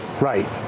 Right